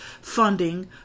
funding